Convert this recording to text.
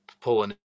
pulling